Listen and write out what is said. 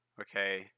Okay